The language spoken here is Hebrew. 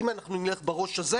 אם אנחנו נלך בראש הזה,